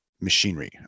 machinery